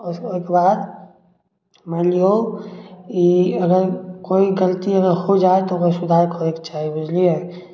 ओहिके बाद मानि लिऔ ई अगर कोइ गलती अगर हो जाइ तऽ ओकर सुधार करैके चाही बुझलिए